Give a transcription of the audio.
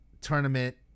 tournament